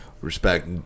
Respect